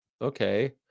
okay